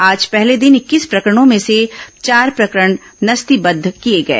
आज पहले दिन इक्कीस प्रकरणों में से चार प्रकरण नस्तीबद्ध किए गए